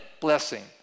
blessing